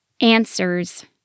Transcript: Answers